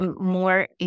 More